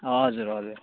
हजुर हजुर